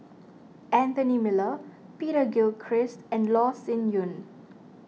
Anthony Miller Peter Gilchrist and Loh Sin Yun